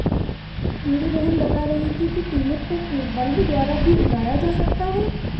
मेरी बहन बता रही थी कि ट्यूलिप को बल्ब द्वारा भी उगाया जा सकता है